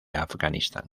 afganistán